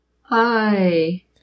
hi